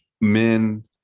men